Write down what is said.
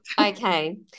Okay